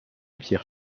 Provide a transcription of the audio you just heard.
pierre